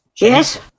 Yes